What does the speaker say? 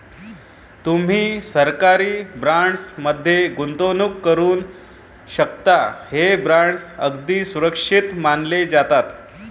तुम्ही सरकारी बॉण्ड्स मध्ये गुंतवणूक करू शकता, हे बॉण्ड्स अगदी सुरक्षित मानले जातात